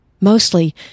Mostly